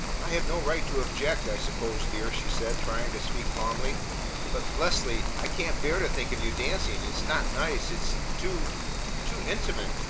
i have no right to object, i suppose, dear, she said, trying to speak calmly but leslie, i can't bear to think of you dancing it's not nice. it's too too intimate!